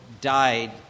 died